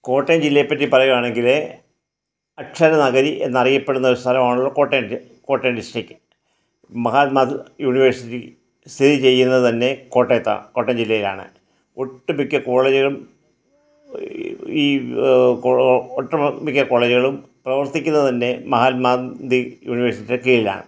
കോട്ടയം ജില്ലയെപ്പറ്റി പറയുവാണെങ്കിൽ അക്ഷര നഗരി എന്നറിയപ്പെടുന്ന ഒരു സ്ഥലമാണല്ലോ Kottayam D Kottayam district Mahatma university സ്ഥിതി ചെയ്യുന്നത് തന്നെ കോട്ടയത്താണ് കോട്ടയം ജില്ലയിലാണ് ഒട്ട് മിക്ക കോളേജുകളും ഈ ഒട്ട് മിക്ക കോളേജുകളും പ്രവർത്തിക്കുന്നത് തന്നെ മഹാത്മാഗാന്ധി യൂണിവേഴ്സിറ്റിയുടെ കീഴിലാണ്